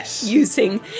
using